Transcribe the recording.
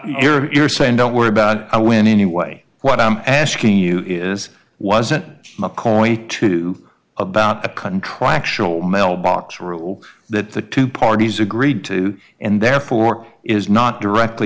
you're saying don't worry about i win anyway what i'm asking you is wasn't mccauley to about a contractual mailbox rule that the two parties agreed to and therefore is not directly